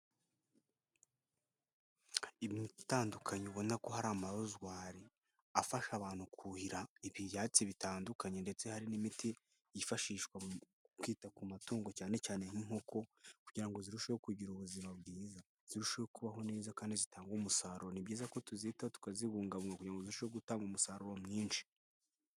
Imiti itandukanye ubona ko hari amarozwari. Afasha abantu kuhira ibyatsi bitandukanye ndetse hari n'imiti, yifashishwa mu kwita ku matungo cyane cyane nk'inkoko kugira ngo zirusheho kugira ubuzima bwiza. Zirusheho kubaho neza kandi zitanga umusaruro. Ni byiza ko tuzitaho tukazibungabunga kugira ngo zirusheho gutanga umusaruro mwinshi.